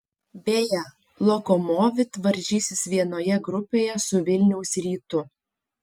beje lokomotiv varžysis vienoje grupėje su vilniaus rytu